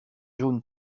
jaune